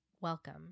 welcome